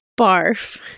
Barf